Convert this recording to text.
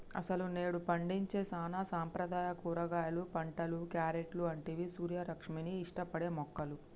అసలు నేడు పండించే సానా సాంప్రదాయ కూరగాయలు పంటలు, క్యారెట్లు అంటివి సూర్యరశ్మిని ఇష్టపడే మొక్కలు